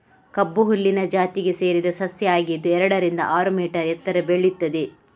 ಕಬ್ಬು ಹುಲ್ಲಿನ ಜಾತಿಗೆ ಸೇರಿದ ಸಸ್ಯ ಆಗಿದ್ದು ಎರಡರಿಂದ ಆರು ಮೀಟರ್ ಎತ್ತರ ಬೆಳೀತದೆ